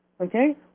Okay